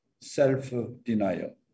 self-denial